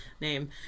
name